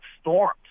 storms